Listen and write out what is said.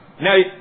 Now